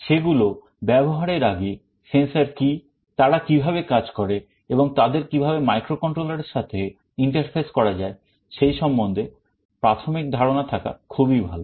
সেগুলো ব্যবহারের আগে sensor কি তারা কিভাবে কাজ করে এবং তাদের কিভাবে microcontroller এর সাথে interface করা যায় সেই সম্বন্ধে প্রাথমিক ধারণা থাকা খুবই ভালো